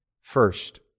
First